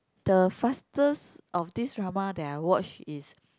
the fastest of this drama that I watch is